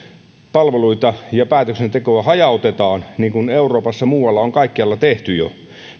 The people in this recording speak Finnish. palveluita ja päätöksentekoa hajautetaan niin kuin euroopassa kaikkialla muualla on tehty jo